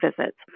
visits